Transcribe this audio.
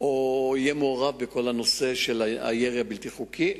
או יהיה מעורב בכל הנושא של הירי הבלתי-חוקי,